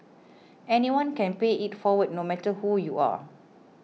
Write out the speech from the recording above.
anyone can pay it forward no matter who you are